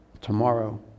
tomorrow